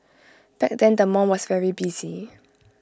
back then the mall was very busy